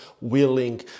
willing